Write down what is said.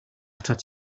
atat